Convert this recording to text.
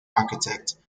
architect